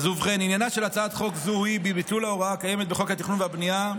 עניינה של הצעת חוק זו הוא ביטול ההוראה הקיימת בחוק התכנון והבנייה,